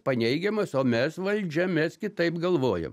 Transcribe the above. paneigiamas o mes valdžia mes kitaip galvojam